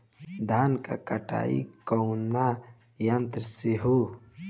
धान क कटाई कउना यंत्र से हो?